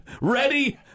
Ready